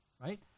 right